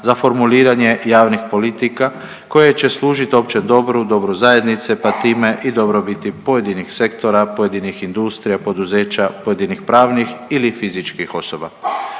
za formuliranje javnih politika koje će služiti općem dobru, dobru zajednice pa time i dobrobiti pojedinih sektora, pojedinih industrija, poduzeća, pojedinih pravnih ili fizičkih osoba.